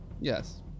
Yes